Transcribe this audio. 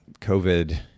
COVID